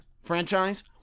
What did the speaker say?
franchise